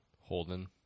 holden